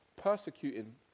persecuting